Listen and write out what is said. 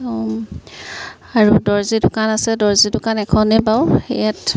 আৰু দৰ্জী দোকান আছে দৰ্জী দোকান এখনেই বাৰু